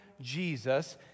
Jesus